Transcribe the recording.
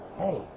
hey